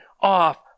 off